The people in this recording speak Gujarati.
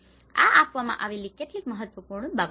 આ આપવામાં આવેલી કેટલીક મહત્વપૂર્ણ બાબતો છે